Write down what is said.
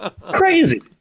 Crazy